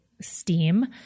STEAM